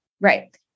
Right